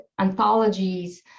anthologies